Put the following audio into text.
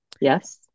Yes